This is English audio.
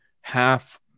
half